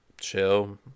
Chill